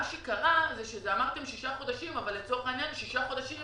מה שקרה, אמרתם שישה חודשים, אבל לצורך העניין,